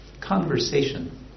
conversation